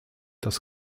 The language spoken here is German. das